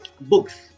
books